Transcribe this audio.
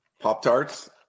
Pop-Tarts